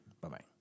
Bye-bye